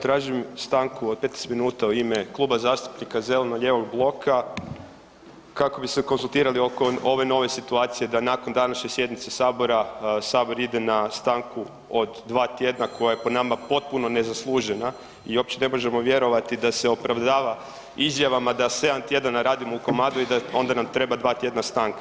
Tražim od 15 minuta u ime Kluba zastupnika zeleno lijevog bloka, kako bi se konzultirali oko ove nove situacije da nakon današnje sjednice sabora, sabor ide na stanku od 2 tjedna koja je po nama potpuno nezaslužena i uopće ne možemo vjerovati da se opravdava izjavama da 7 tjedana radimo u komadu i da onda nam treba 2 tjedna stanka.